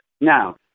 Now